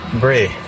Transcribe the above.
Bree